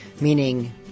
meaning